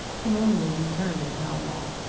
can only determine how long.